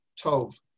tov